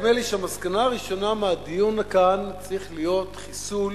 נדמה לי שהמסקנה הראשונה מהדיון כאן צריכה להיות חיסול